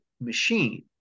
machine